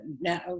now